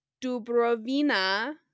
Dubrovina